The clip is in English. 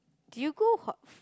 do you go hot f~